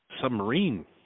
submarine